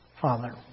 Father